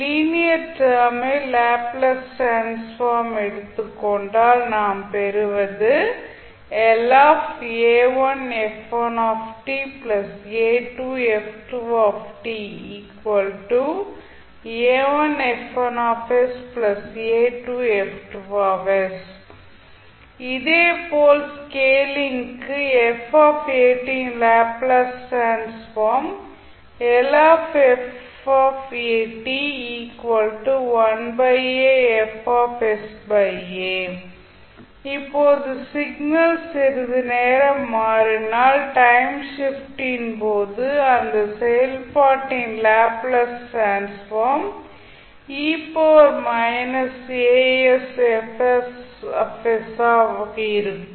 linear term ஐ Laplace transform எடுத்துக் கொண்டால் நாம் பெறுவது இதே போல் ஸ்கேலிங் க்கு யின் லேப்ளேஸ் டிரான்ஸ்ஃபார்ம் இப்போது சிக்னல் சிறிது நேரம் மாறினால் டைம் ஷிப்ட் ன் போது அந்த செயல்பாட்டின் லேப்ளேஸ் டிரான்ஸ்ஃபார்ம் ஆக இருக்கும்